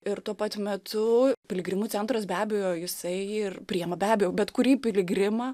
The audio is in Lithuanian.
ir tuo pat metu piligrimų centras be abejo jisai ir priima be abejo bet kurį piligrimą